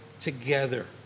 together